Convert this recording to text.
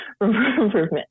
improvement